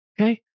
Okay